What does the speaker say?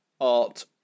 art